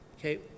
Okay